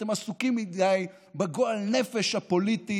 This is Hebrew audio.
אתם עסוקים מדי בגועל נפש הפוליטי,